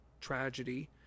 tragedy